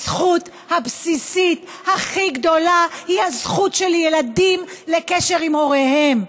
הזכות הבסיסית הכי גדולה היא הזכות של ילדים לקשר עם הוריהם.